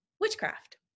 witchcraft